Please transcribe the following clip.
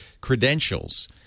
credentials